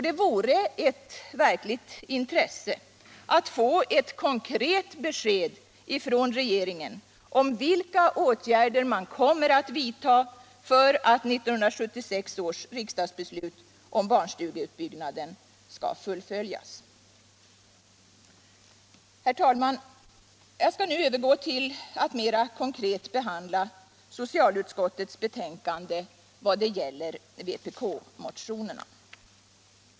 Det vore intressant att få ett konkret besked från regeringen om vilka åtgärder den kommer att vidta för att fullfölja 1976 års riksdagsbeslut om barnstugeutbyggnaden. Herr talman! Jag skall nu övergå till att mer konkret behandla socialutskottets betänkande i vad det gäller vpk-motionerna.